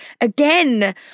again